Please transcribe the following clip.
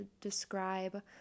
describe